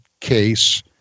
case